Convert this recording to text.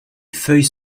feuilles